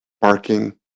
barking